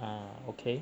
ah okay